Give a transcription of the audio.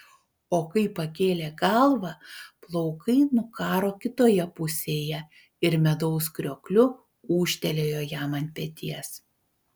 o kai pakėlė galvą plaukai nukaro kitoje pusėje ir medaus kriokliu ūžtelėjo jam ant peties